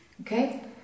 Okay